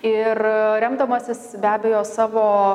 ir remdamasis be abejo savo